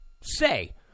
say